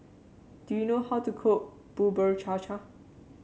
do you know how to cook Bubur Cha Cha